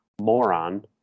moron